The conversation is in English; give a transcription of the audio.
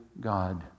God